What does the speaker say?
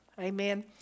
Amen